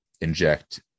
inject